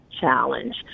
challenge